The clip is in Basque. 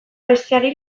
besteari